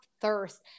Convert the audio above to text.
thirst